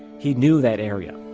he knew that area.